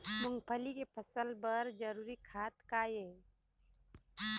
मूंगफली के फसल बर जरूरी खाद का ये?